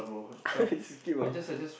this skip ah